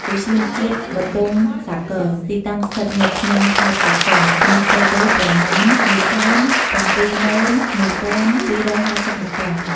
ឧទ្យានជាតិបុទុមសាគរ ទីតាំងស្ថិតនៅក្នុងខេត្តកោះកុង មានផ្ទៃដីប្រមាណ ១៧១,២៥០ ហិចតា។